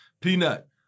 Peanut